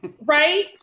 Right